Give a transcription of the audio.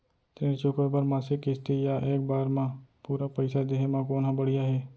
ऋण चुकोय बर मासिक किस्ती या एक बार म पूरा पइसा देहे म कोन ह बढ़िया हे?